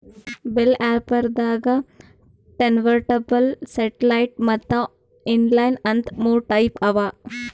bell wrapper ದಾಗಾ turntable satellite ಮತ್ತ್ inline ಅಂತ್ ಮೂರ್ ಟೈಪ್ ಅವಾ